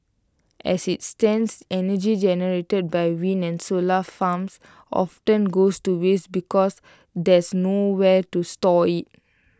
as IT stands energy generated by wind and solar farms often goes to waste because there's nowhere to store IT